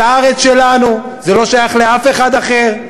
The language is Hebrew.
זו הארץ שלנו, זה לא שייך לאף אחד אחר.